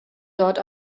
dort